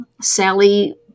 Sally